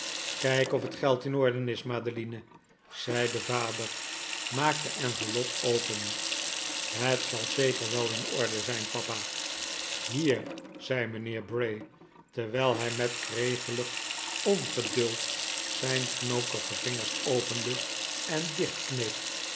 kijk of het geld in orde is madeline zei de vader maak de enveloppe open het zal zeker wel in orde zijn papa hier zei mijnheer bray terwijl hij met kregelig ongeduld zijn knokige vingers opende en